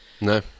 No